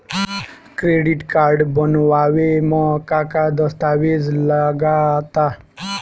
Credit card बनवावे म का का दस्तावेज लगा ता?